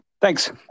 thanks